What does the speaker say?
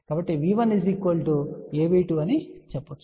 కాబట్టి V1 AV2 అని చెప్పగలము